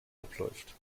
abläuft